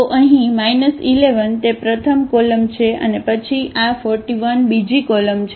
તો અહીં 1 1 તે પ્રથમ કોલમ છે અને પછી આ 4 1 બીજી કોલમ છે